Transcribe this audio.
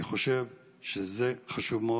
אני חושב שזה חשוב מאוד,